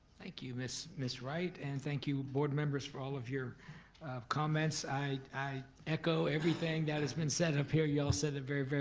thank you miss miss wright and thank you board members for all of your comments. i i echo everything that has been said up here. you all said it very,